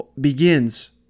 begins